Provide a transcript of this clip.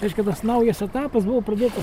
reiškia tas naujas etapas buvo pradėtas